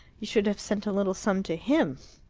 you should have sent a little sum to him.